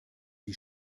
die